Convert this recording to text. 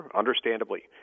understandably